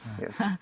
Yes